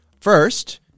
First